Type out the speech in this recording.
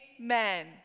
amen